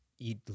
eat